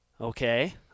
okay